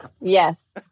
yes